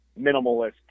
minimalist